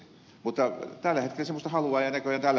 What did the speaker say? mutta tällä